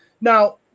Now